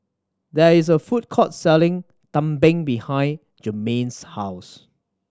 there is a food court selling tumpeng behind Germaine's house